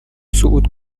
صعود